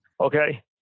Okay